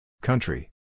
Country